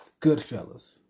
Goodfellas